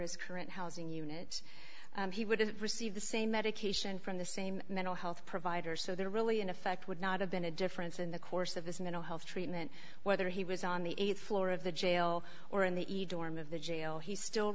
his current housing units he would receive the same medication from the same mental health provider so there really an effect would not have been a difference in the course of his mental health treatment whether he was on the th floor of the jail or in the e u dorm of the jail he still